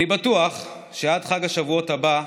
אני בטוח שעד חג השבועות הבא,